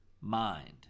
mind